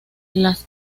las